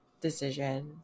decision